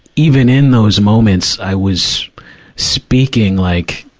even in those moments, i was speaking like,